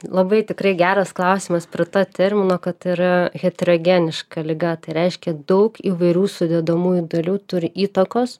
labai tikrai geras klausimas prie to termino kad yra heterogeniška liga tai reiškia daug įvairių sudedamųjų dalių turi įtakos